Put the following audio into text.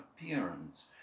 appearance